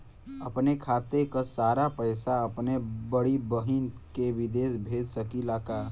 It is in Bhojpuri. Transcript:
अपने खाते क सारा पैसा अपने बड़ी बहिन के विदेश भेज सकीला का?